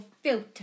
filter